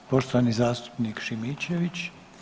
Poštovani zastupnik Šimičević.